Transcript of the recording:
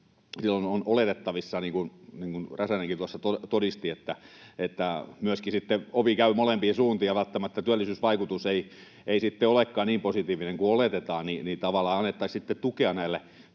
helpottuu, on oletettavissa, niin kuin Räsänenkin tuossa todisti, että ovi käy myöskin sitten molempiin suuntiin ja välttämättä työllisyysvaikutus ei sitten olekaan niin positiivinen kuin oletetaan, niin että annettaisiin tavallaan